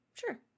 sure